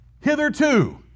Hitherto